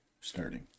starting